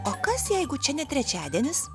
o kas jeigu čia ne trečiadienis